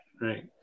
right